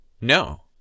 No